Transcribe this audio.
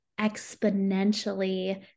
exponentially